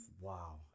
Wow